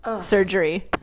surgery